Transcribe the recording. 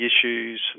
issues